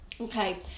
Okay